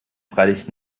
freilich